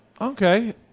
Okay